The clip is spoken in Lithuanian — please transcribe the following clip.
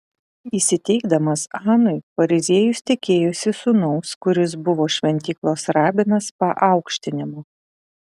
įsiteikdamas anui fariziejus tikėjosi sūnaus kuris buvo šventyklos rabinas paaukštinimo